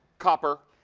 copper.